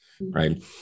right